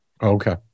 Okay